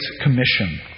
Commission